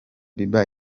bieber